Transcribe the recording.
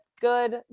good